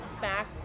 back